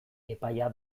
epaia